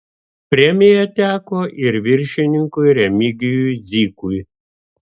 premija teko ir viršininkui remigijui zykui